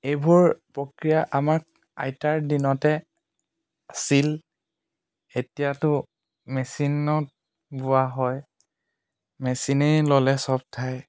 এইবোৰ প্ৰক্ৰিয়া আমাক আইতাৰ দিনতে আছিল এতিয়াতো মেচিনত বোৱা হয় মেচিনেই ল'লে চব ঠাই